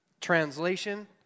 Translation